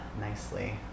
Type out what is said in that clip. nicely